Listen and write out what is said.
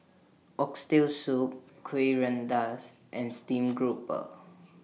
Oxtail Soup Kuih Rengas and Steam Grouper